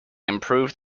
improved